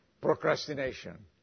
procrastination